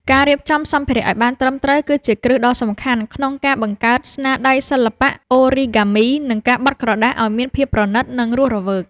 ការរៀបចំសម្ភារៈឱ្យបានត្រឹមត្រូវ គឺជាគ្រឹះដ៏សំខាន់ក្នុងការបង្កើតស្នាដៃសិល្បៈអូរីហ្គាមី និងការបត់ក្រដាសឱ្យមានភាពប្រណីត និងរស់រវើក។